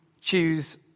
choose